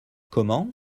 comment